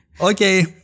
Okay